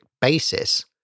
basis